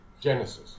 Genesis